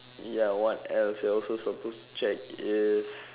ya what else you are also supposed to check if